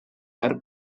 verd